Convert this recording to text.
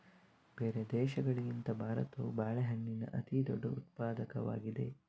ಬೇರೆ ದೇಶಗಳಿಗಿಂತ ಭಾರತವು ಬಾಳೆಹಣ್ಣಿನ ಅತಿದೊಡ್ಡ ಉತ್ಪಾದಕವಾಗಿದೆ